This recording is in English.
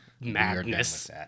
madness